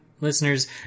listeners